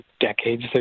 decades